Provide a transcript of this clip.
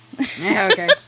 Okay